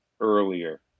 earlier